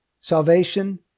Salvation